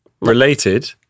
related